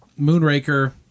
Moonraker